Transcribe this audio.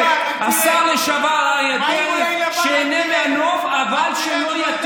שעה פחות.